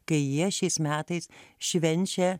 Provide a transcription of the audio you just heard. kai jie šiais metais švenčia